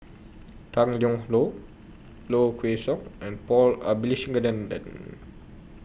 Tang Liang Hong Low Kway Song and Paul Abisheganaden